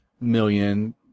million